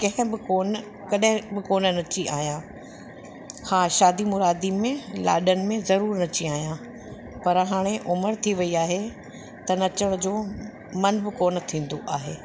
कंहिं बि कोन कॾहिं कोन नची आहियां हा शादी मुरादी में लाॾनि में ज़रूरु नची आहियां पर हाणे उमिरि थी वई आहे त नचण जो मन बि कोन थींदो आहे